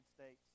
States